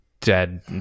dead